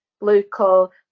local